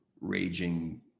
raging